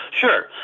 Sure